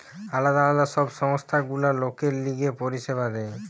আলদা আলদা সব সংস্থা গুলা লোকের লিগে পরিষেবা দেয়